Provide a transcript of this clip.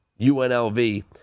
UNLV